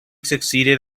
succeeded